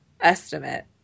estimate